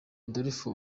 adolphe